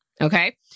okay